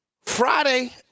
Friday